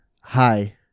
Hi